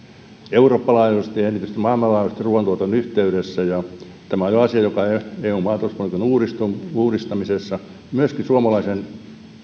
euroopan laajuisesti ja erityisesti maailmanlaajuisesti ruuantuotannon yhteydessä tämä on jo asia joka eun maatalouspolitiikan uudistamisessa myöskin suomalaisen